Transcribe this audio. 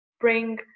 bring